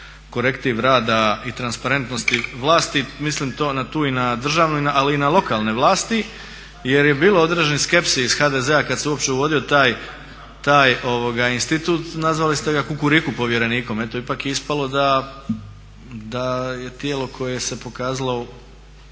korektiv rada i transparentnosti vlasti, mislim tu i na državnu ali i na lokalne vlasti jer je bilo određenih skepsi iz HDZ-a kada se uopće uvodio taj institut, nazvali ste ga kukuriku povjerenikom. Eto ipak je ispalo da je tijelo koje se pokazalo